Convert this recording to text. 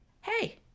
hey